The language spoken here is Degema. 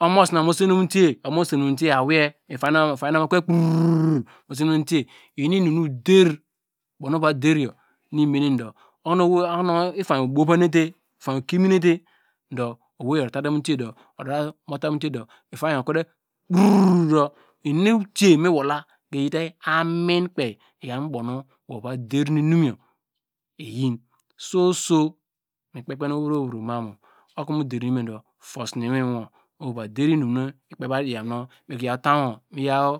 omomosi na mu seminc mu otiye awiye ifainy nu mo kwe kru mru iyinu inum nu oder ubonu ovä der yor nu imense dor iyainy yor obu wany nete du owei yor utate mutei du ifainy okwete kruuu du inu otie mi wola iyite amin kpei iyaw nu ubow nu woyor uve de inum yor iyin soso mi kpe kpe owevro okomu der inum yor fosine iwiwor oha va der inum na